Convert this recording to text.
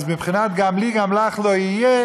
אז מבחינת "גם לי גם לך לא יהיה",